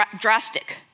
drastic